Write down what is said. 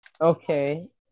Okay